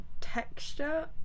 texture